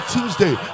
Tuesday